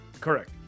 Correct